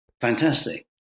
fantastic